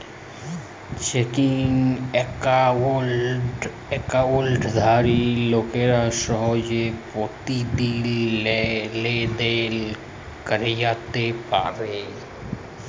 checking একাউল্টে একাউল্টধারি লোকেরা সহজে পতিদিল লেলদেল ক্যইরতে পারে